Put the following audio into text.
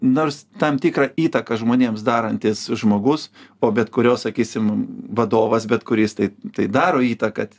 nors tam tikrą įtaką žmonėms darantis žmogus o bet kurio sakysim vadovas bet kuris tai tai daro įtaką